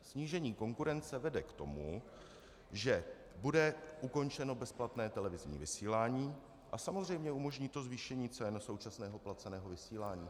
Snížení konkurence vede k tomu, že bude ukončeno bezplatné televizní vysílání a samozřejmě to umožní zvýšení cen současného placeného vysílání.